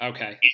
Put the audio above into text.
Okay